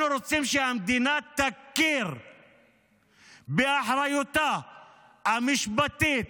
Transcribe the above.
אנחנו רוצים שהמדינה תכיר באחריותה המשפטית,